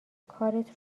کارت